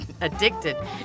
addicted